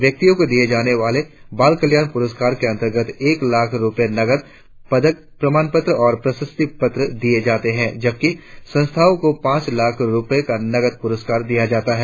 व्यक्तियों को दिए जाने वाले बाल कल्याण पुरस्कार के अंतर्गत एक लाख रुपए नकद पदक प्रमाण पत्र और प्रशस्ति पत्र दिए जाते हैं जबकि संस्थाओं को पांच लाख रुपए का नकद पुरस्कार दिया जाता है